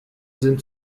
sind